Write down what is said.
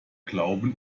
glauben